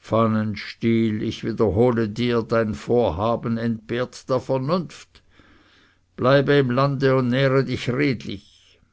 pfannenstiel ich wiederhole dir dein vorhaben entbehrt der vernunft bleibe im lande und nähre dich redlich